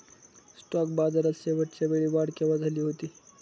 Stock बाजारात शेवटच्या वेळी वाढ केव्हा झाली होती?